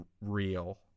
real